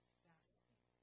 fasting